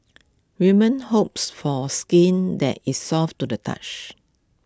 women hopes for skin that is soft to the touch